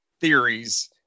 theories